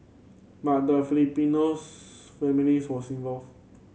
but the Filipinos families was involved